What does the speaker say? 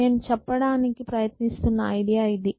నేను చెప్పడానికి ప్రయత్నిస్తున్న ఐడియా ఇది